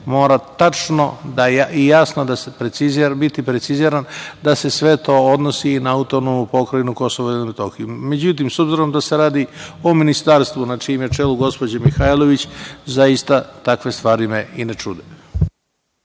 mora tačno i jasno biti preciziran, da se sve to odnosi na AP Kosovo i Metohija.Međutim, s obzirom da se radi o ministarstvu na čijem je čelu gospođa Mihajlović, zaista takve stvari me i ne čude.